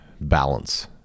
balance